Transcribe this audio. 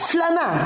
Flana